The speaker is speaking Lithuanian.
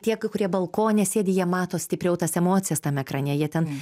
tie kai kurie balkone sėdi jie mato stipriau tas emocijas tam ekrane jie ten